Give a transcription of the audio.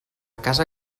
casa